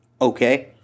Okay